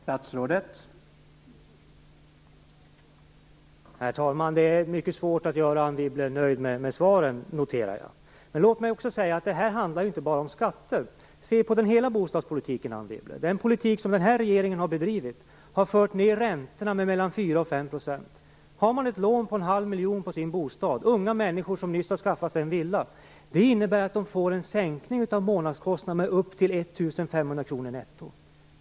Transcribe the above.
Herr talman! Jag noterar att det är mycket svårt att göra Anne Wibble nöjd med svaren. Det här handlar inte bara om skatter. Se på hela bostadspolitiken, Anne Wibble! Den politik som den här regeringen har bedrivit har fört ned räntorna med 4-5 %. Har man ett lån på en halv miljon på sin bostad - som t.ex. unga människor som nyss har skaffat sig en villa - innebär det att man får en sänkning av månadskostnaden med upp till 1 500 kr netto.